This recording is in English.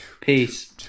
Peace